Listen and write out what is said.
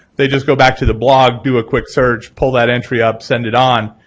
they just go back to the blog, do a quick search, pull that entry up, send it on,